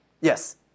Yes